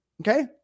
okay